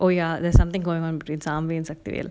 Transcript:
oh ya there's something going on between something and saftil